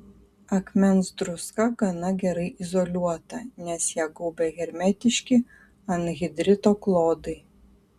akmens druska gana gerai izoliuota nes ją gaubia hermetiški anhidrito klodai